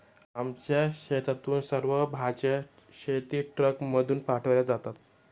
आमच्या शेतातून सर्व भाज्या शेतीट्रकमधून पाठवल्या जातात